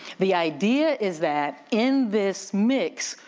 the idea is that in this mix,